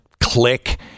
click